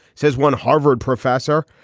says one harvard professor,